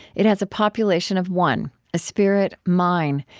it has a population of one a spirit, mine,